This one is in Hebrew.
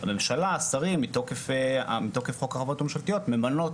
הממשלה, השרים, מתוקף חוק החברות הממשלתיות ממנות